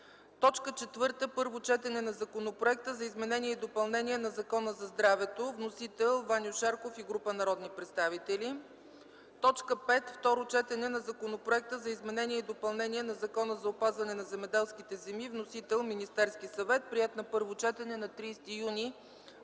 март 2011 г.) 4. Първо четене на Законопроекта за изменение и допълнение на Закона за здравето. (Вносители: Ваньо Шарков и група народни представители.) 5. Второ четене на Законопроекта за изменение и допълнение на Закона за опазване на земеделските земи. (Вносител:Министерският съвет. Приет на първо четене на 30 юни